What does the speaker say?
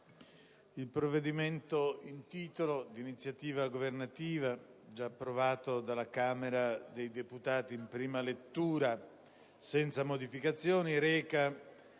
il provvedimento in titolo, d'iniziativa governativa e già approvato dalla Camera dei deputati in prima lettura senza modificazioni, reca